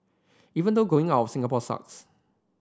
even though going out of Singapore sucks